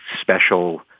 special